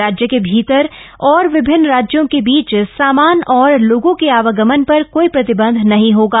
राज्य के भीतर और विभिन्न राज्यों के बीच सामान और लागों के आवागमन पर काई प्रतिबंध नहीं हागा